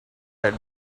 had